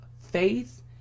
faith